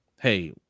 hey